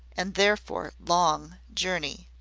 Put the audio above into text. and therefore, long journey.